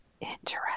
Interesting